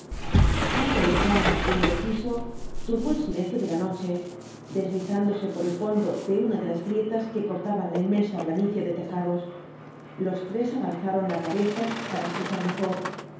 algo lejano é indeciso turbó el silencio de la noche deslizándose por el fondo de una de las grietas que cortaban la inmensa planicie de tejados los tres avanzaron la cabeza para escuchar mejor